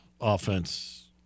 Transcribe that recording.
offense